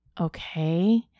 Okay